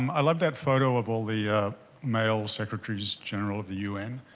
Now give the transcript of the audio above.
i love that photo of all the male secretaries-general of the un.